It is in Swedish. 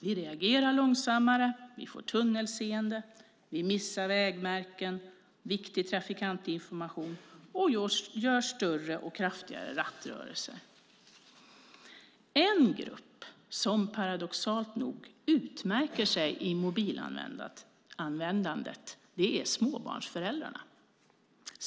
Vi reagerar långsammare, får tunnelseende, missar vägmärken och viktig trafikinformation samt gör större och kraftigare rattrörelser. En grupp som paradoxalt nog utmärker sig i mobilanvändandet är småbarnsföräldrarna.